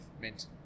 Mint